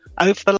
over